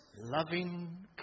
loving